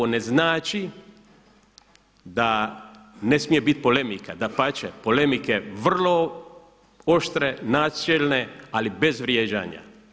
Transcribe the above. Ovo ne znači da ne smije biti polemika, dapače, polemike vrlo oštre, načelne, ali bez vrijeđanja.